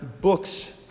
books